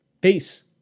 Peace